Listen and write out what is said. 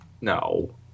No